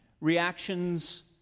reactions